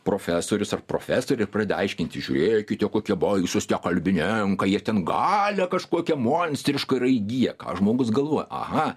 profesorius ar profesorė ir pradeda aiškinti žiūrėkite kokie baisūs tie kalbininkai jie ten galią kažkokią monstrišką yra įgyję ką žmogus galvoja aha